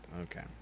Okay